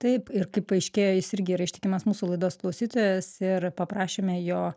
taip ir kaip paaiškėjo jis irgi yra ištikimas mūsų laidos klausytojas ir paprašėme jo